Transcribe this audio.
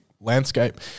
landscape